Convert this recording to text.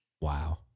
Wow